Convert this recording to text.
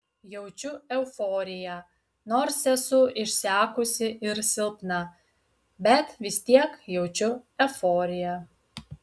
jaučiu euforiją nors esu išsekusi ir silpna bet vis tiek jaučiu euforiją